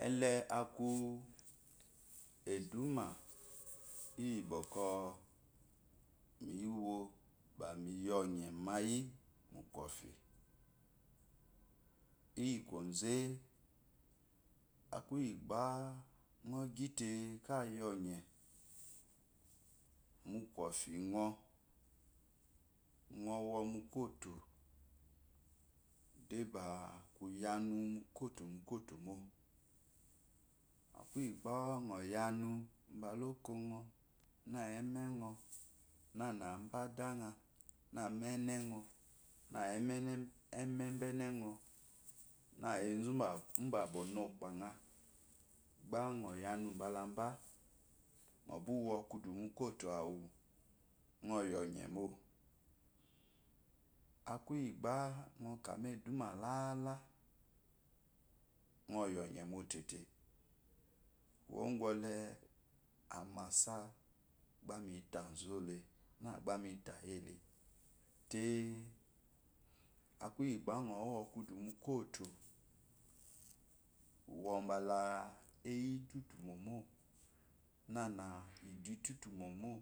Mle aku eduma iyi bwokon miwo miyi onye mayi iyi koze akuyi gba migyite kayi onye lukofingo ngo womukoito deba kiyi anu mu koito koitomo kuyi gba yi anu bala okongo ne emmengo nana aba adanga na abeenengo na emmebenengo na ezu bwa omo okpangaa gba ngo yi anu balaba ngo bi wokudu mukoito awu ngo yi onye mo akuyi gba ngo kamu emduma lda ngo yi onyemo tete kuwo gole amasa gba mitasu ola na gba muta yele te akuiyi gba ngo wokudu mu koito wo bal eyitutumomo nana iduitufumomo